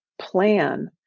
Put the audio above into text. plan